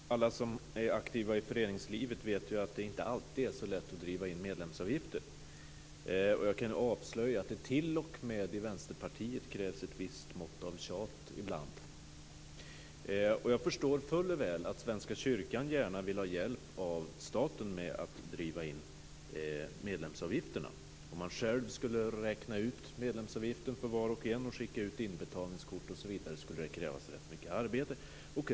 Fru talman! Alla som är aktiva i föreningslivet vet att det inte alltid är så lätt att driva in medlemsavgifter. Jag kan avslöja att det t.o.m. i Vänsterpartiet krävs ett visst mått av tjat ibland. Jag förstår fuller väl att Svenska kyrkan gärna vill ha hjälp av staten med att driva in medlemsavgifterna. Om man själv skulle räkna ut medlemsavgiften för var och en och skicka ut inbetalningskort osv. skulle det krävas rätt så mycket arbete.